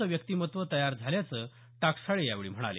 चं व्यक्तिमत्व तयार झाल्याचं टाकसाळे यावेळी म्हणाले